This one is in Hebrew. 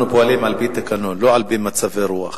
אנחנו פועלים על-פי תקנון, לא על-פי מצבי-רוח.